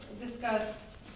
discuss